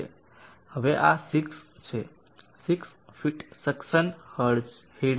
હવે આ 6 છે 6 ફીટ સેક્સન હેડ છે